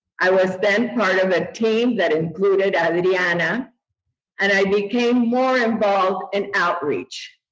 i was then part of a team that included adriana and i became more involved in outreach.